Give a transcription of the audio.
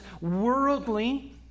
worldly